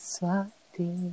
Swati